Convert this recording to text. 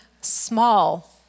small